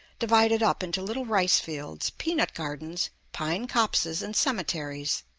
divided up into little rice-fields, peanut gardens, pine copses, and cemeteries.